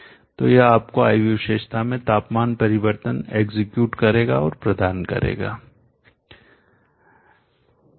तो यह आपको I V विशेषता में तापमान परिवर्तन एग्जीक्यूटनिष्पादित करेगा और प्रदान करेगा